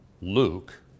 Luke